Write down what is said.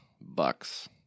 bucks